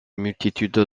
multitude